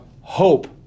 hope